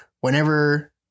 whenever